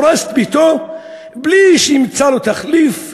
הורס את ביתו בלי שימצא לו תחליף,